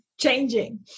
changing